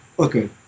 Okay